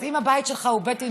אם הבית שלך הוא בית עינוגים,